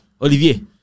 Olivier